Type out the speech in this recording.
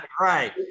right